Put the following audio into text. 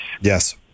Yes